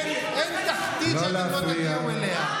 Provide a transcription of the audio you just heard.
אין תחתית שלא תגיעו אליה.